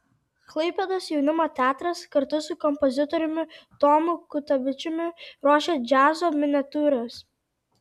klaipėdos jaunimo teatras kartu su kompozitoriumi tomu kutavičiumi ruošia džiazo miniatiūras